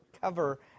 cover